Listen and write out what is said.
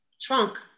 trunk